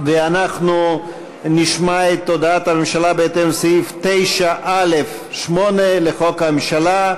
אנחנו נשמע את הודעת הממשלה בהתאם לסעיף 9(א)(8) לחוק הממשלה.